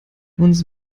uns